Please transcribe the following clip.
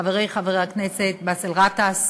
חברי חבר הכנסת באסל גטאס,